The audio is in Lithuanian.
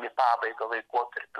į pabaigą laikotarpiu